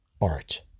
Art